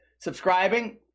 subscribing